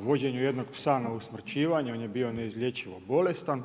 vođenju jednog psa na usmrćivanje, on je bio neizlječivo bolestan